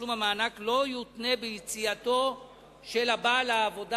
שתשלום המענק לא יותנה ביציאתו של הבעל לעבודה,